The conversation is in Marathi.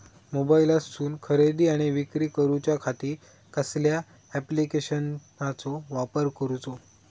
मोबाईलातसून खरेदी आणि विक्री करूच्या खाती कसल्या ॲप्लिकेशनाचो वापर करूचो?